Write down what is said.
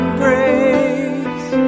grace